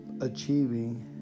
achieving